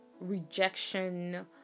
rejection